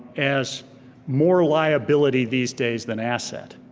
as more liability these days than asset.